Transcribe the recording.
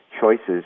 choices